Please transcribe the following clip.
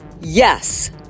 Yes